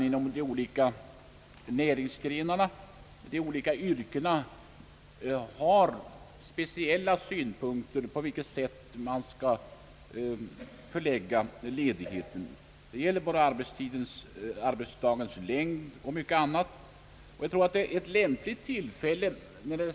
Inom de olika näringsgrenarna och de olika yrkena finns det väl också Sspeciella synpunkter på hur denna ledighet skulle förläggas, frågor sådana som arbetstidens längd och mycket annat.